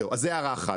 זו הערה אחת.